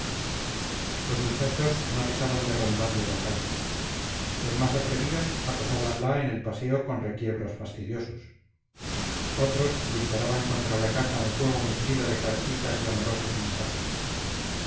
los muchachos no cesaban de rondarle la calle los más atrevidos acosábanla en el paseo con requiebros fastidiosos otros disparaban contra la casa un fuego nutrido de cartitas y amorosos mensajes